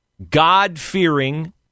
God-fearing